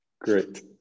Great